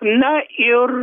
na ir